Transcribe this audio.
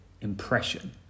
impression